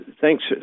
Thanks